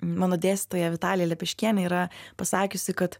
mano dėstytoja vitalija lepeškienė yra pasakiusi kad